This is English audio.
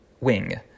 wing